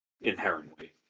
inherently